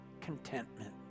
contentment